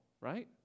right